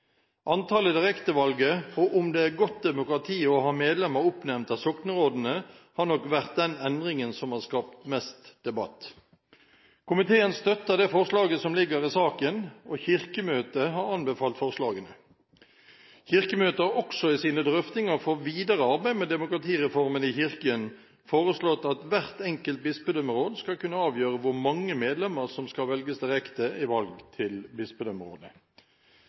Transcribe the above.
Antallet direktevalgte, og om det er godt demokrati å ha medlemmer oppnevnt av soknerådene, har nok vært den endringen som har skapt mest debatt. Komiteen støtter det forslaget som ligger i saken, og Kirkemøtet har anbefalt forslagene. Kirkemøtet har også i sine drøftinger for videre arbeid med demokratireformen i Kirken foreslått at hvert enkelt bispedømmeråd skal kunne avgjøre hvor mange medlemmer som skal velges direkte i valg til bispedømmerådet.